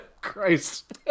Christ